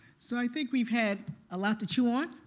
so i think we've had a lot to chew on.